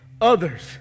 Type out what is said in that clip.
others